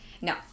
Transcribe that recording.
No